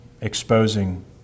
exposing